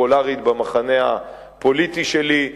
פופולרית במחנה הפוליטי שלי,